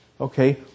okay